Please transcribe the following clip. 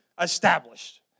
established